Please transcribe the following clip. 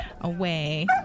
away